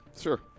Sure